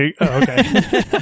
Okay